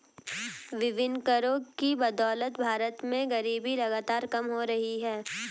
विभिन्न करों की बदौलत भारत में गरीबी लगातार कम हो रही है